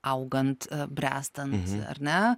augant bręstant ar ne